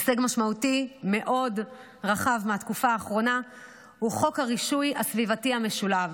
הישג משמעותי מאוד רחב מהתקופה האחרונה הוא חוק הרישוי הסביבתי המשולב,